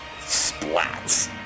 splats